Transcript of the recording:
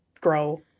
grow